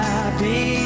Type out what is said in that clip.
Happy